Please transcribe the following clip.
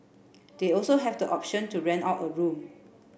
they also have the option to rent out a room